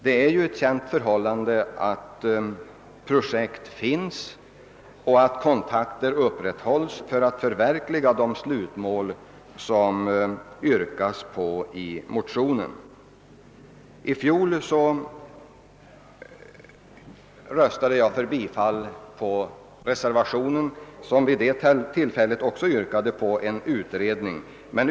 Det är ett känt förhållande att projekt föreligger och att kontakter upprätthålls för att förverkliga de slutmål som motionä I fjol röstade jag för bifall till reservationen, som också vid detta tillfälle innehöll krav på en utredning.